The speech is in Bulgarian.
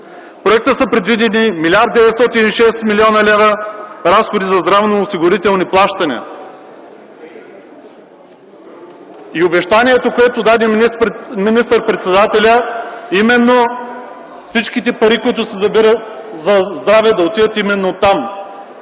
проекта са предвидени 1 млрд. 906 млн. лв. разходи за здравно осигурителни плащания. Обещанието, което даде министър-председателят, именно всички пари, които се събират за здраве, да отидат там.